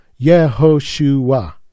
Yehoshua